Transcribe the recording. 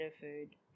food